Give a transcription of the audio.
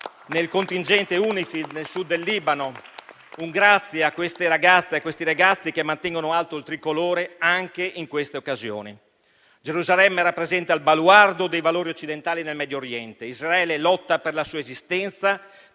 nel contingente UNIFIL nel sud del Libano. Un grazie a queste ragazze e a questi ragazzi, che mantengono alto il tricolore anche in queste occasioni. Gerusalemme rappresenta il baluardo dei valori occidentali nel Medio Oriente. Israele lotta per la sua esistenza,